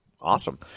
Awesome